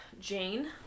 Jane